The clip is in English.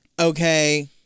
okay